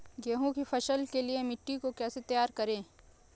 गेहूँ की फसल के लिए मिट्टी को कैसे तैयार करें?